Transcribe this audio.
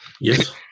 Yes